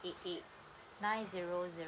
eight eight nine zero zero